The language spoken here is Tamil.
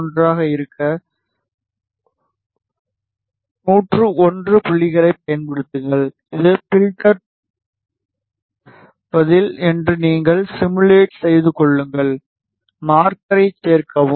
01 ஆக இருக்க 101 புள்ளிகளைப் பயன்படுத்துங்கள் இது பில்டர் பதில் என்று நீங்கள் சிமுலேட் செய்து கொள்ளுங்கள் மார்க்கரைச் சேர்க்கவும்